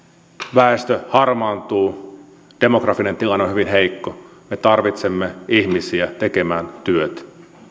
väestö harmaantuu demografinen tilanne on hyvin heikko me tarvitsemme ihmisiä tekemään työtä